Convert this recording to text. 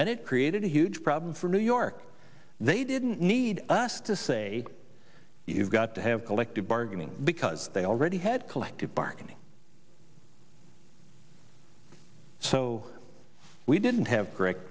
and it created a huge problem for new york they didn't need us to say you've got to have collective bargaining because they already had collective bargaining so we didn't have